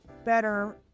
better